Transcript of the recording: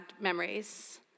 memories